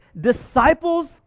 disciples